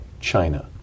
China